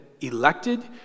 elected